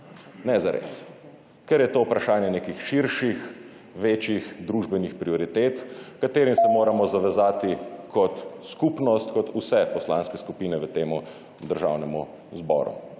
ne zares, ker je to vprašanje nekih širših, večjih družbenih prioritet, katerim se moramo zavezati kot skupnost, kot vse poslanske skupine v tem Državnem zboru.